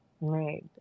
made